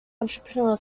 entrepreneur